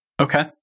Okay